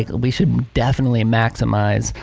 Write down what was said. ah we should definitely maximize,